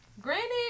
Granted